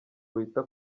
wita